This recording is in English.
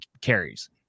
carries